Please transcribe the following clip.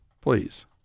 please